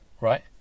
Right